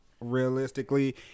realistically